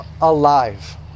alive